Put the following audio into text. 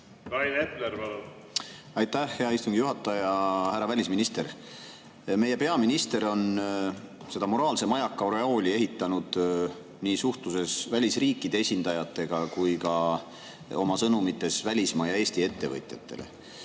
Aitäh, hea istungi juhataja! Härra välisminister! Meie peaminister on seda moraalse majaka oreooli ehitanud nii suhtluses välisriikide esindajatega kui ka oma sõnumites välismaa ja Eesti ettevõtjatele.